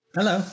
Hello